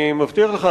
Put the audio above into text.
אני מבטיח לך,